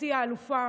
אחותי האלופה,